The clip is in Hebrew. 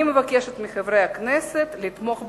אני מבקשת מחברי הכנסת לתמוך בחוק.